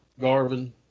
Garvin